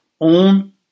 own